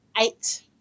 eight